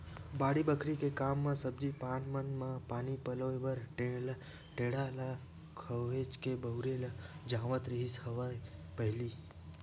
बाड़ी बखरी के काम म सब्जी पान मन म पानी पलोय बर टेंड़ा ल काहेच के बउरे जावत रिहिस हवय पहिली